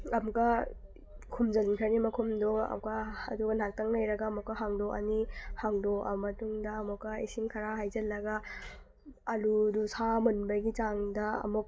ꯑꯃꯨꯛꯀ ꯈꯨꯝꯖꯤꯟꯈ꯭ꯔꯅꯤ ꯃꯈꯨꯝꯗꯣ ꯑꯃꯨꯛꯀ ꯑꯗꯨꯒ ꯉꯥꯛꯇꯪ ꯂꯩꯔꯒ ꯑꯃꯨꯛꯀ ꯍꯥꯡꯗꯣꯛꯑꯅꯤ ꯍꯥꯡꯀꯣꯛꯑ ꯃꯇꯨꯡꯗ ꯑꯃꯨꯛꯀ ꯏꯁꯤꯡ ꯈꯔ ꯍꯩꯖꯤꯜꯂꯒ ꯑꯥꯜꯂꯨꯗꯨ ꯁꯥ ꯃꯨꯟꯕꯒꯤ ꯆꯥꯡꯗ ꯑꯃꯨꯛ